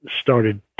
started